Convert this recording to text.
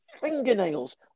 fingernails